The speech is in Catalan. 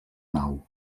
nau